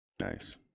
nice